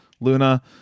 luna